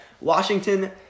Washington